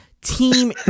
team